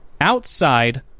outside